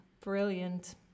brilliant